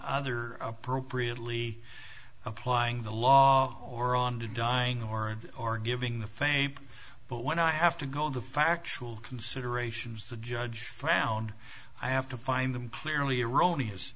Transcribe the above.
other appropriately applying the law or on dying or and or giving the fan but when i have to go all the factual considerations the judge frowned i have to find them clearly erroneous